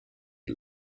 had